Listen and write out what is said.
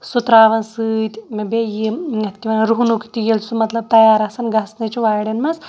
سُہ ترٛاوان سۭتۍ مےٚ بیٚیہِ یِم یَتھ کیٛاہ وَنان روٚہنُک تیٖل سُہ مطلب تیار آسان گژھنَے چھُ وارٮ۪ن منٛز